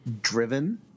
driven